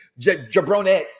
jabronettes